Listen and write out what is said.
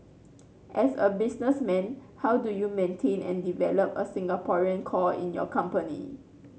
as a businessman how do you maintain and develop a Singaporean core in your company